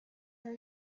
are